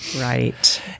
Right